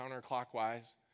counterclockwise